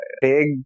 big